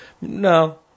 No